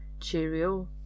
Cheerio